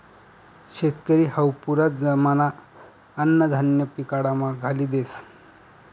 शेतकरी हावू पुरा जमाना अन्नधान्य पिकाडामा घाली देस